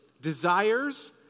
desires